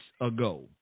ago